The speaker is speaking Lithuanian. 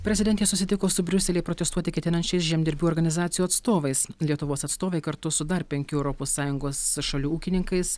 prezidentė susitiko su briuselyje protestuoti ketinančiais žemdirbių organizacijų atstovais lietuvos atstovai kartu su dar penkių europos sąjungos šalių ūkininkais